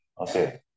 Okay